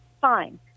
fine